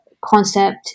concept